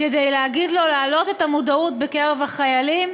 כדי להגיד לו להעלות את המודעות בקרב החיילים.